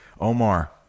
Omar